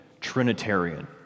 Trinitarian